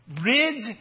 Rid